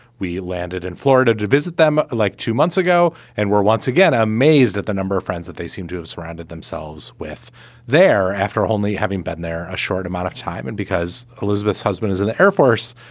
we landed in florida to visit them like two months ago. and we're once again amazed at the number of friends that they seem to have surrounded themselves with there. after only having been there a short amount of time and because elizabeth's husband is in the air force,